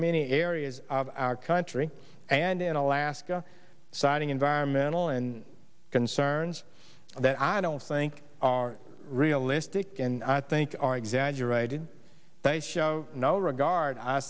many areas our country and in alaska citing environmental and concerns that i don't think are realistic and i think are exaggerated they show no regard i